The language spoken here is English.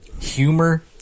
humor